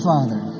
Father